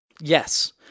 Yes